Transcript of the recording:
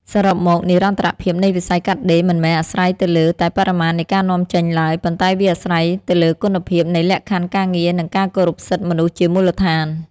សរុបមក និរន្តរភាពនៃវិស័យកាត់ដេរមិនមែនអាស្រ័យទៅលើតែបរិមាណនៃការនាំចេញឡើយ ប៉ុន្តែវាអាស្រ័យទៅលើគុណភាពនៃលក្ខខណ្ឌការងារ និងការគោរពសិទ្ធិមនុស្សជាមូលដ្ឋាន។